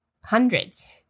hundreds